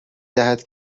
دهد